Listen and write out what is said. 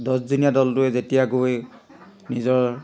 দহজনীয়া দলটোৱে যেতিয়া গৈ নিজৰ